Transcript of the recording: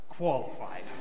qualified